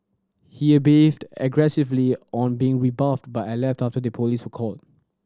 he behaved aggressively on being rebuffed but I left after the police were called